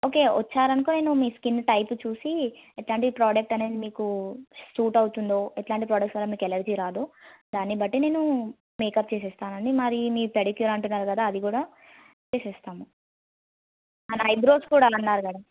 okay వచ్చారనుకో నేను మీ స్కిన్ టైప్ చూసి ఎట్లాంటి ప్రోడక్ట్ అనేది మీకు సూట్ అవుతుందో ఎట్లాంటి ప్రోడక్ట్స్ వల్ల మీకు ఎలర్జీ రాదో దాన్నిబట్టి నేను మేకప్ చేసేస్తాను అండి మరి మీరు పెడిక్యూర్ అంటున్నారు కదా అది కూడా చేసేస్తాము ఐబ్రోస్ కూడా అన్నారు కదా